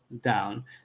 down